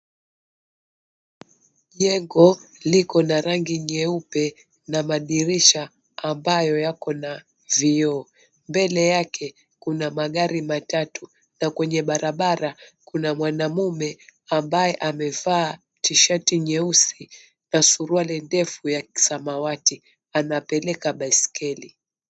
Jengo liko na rangi nyeupe na madirisha ambayo yako na vioo. Mbele yake kuna magari matatu na kwenye barabara 𝑘una mwanaume ambaye amevaa tishati nyeusi na suruali ndefu ya 𝑘𝑖𝑠𝑎𝑚𝑎𝑤𝑎𝑡𝑖. 𝐴napeleka baisikeli.